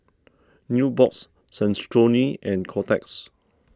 Nubox Saucony and Kotex